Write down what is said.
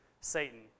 Satan